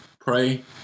pray